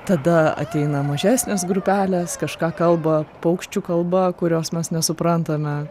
tada ateina mažesnės grupelės kažką kalba paukščių kalba kurios mes nesuprantame